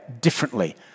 differently